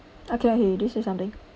I can't hear you did you say something